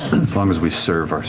as long as we serve